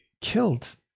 killed